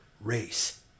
race